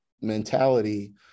mentality